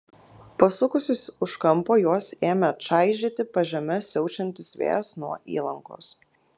pasukusius už kampo juos ėmė čaižyti pažeme siaučiantis vėjas nuo įlankos